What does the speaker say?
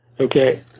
Okay